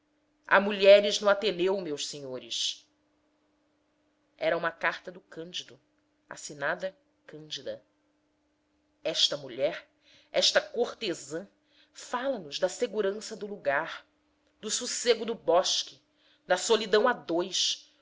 há mulheres no ateneu meus senhores era uma carta do cândido assinada cândida esta mulher esta cortesã fala nos da segurança do lugar do sossego do bosque da solidão a dois